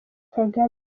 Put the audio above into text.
kagame